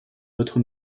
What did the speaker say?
votre